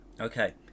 okay